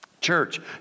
Church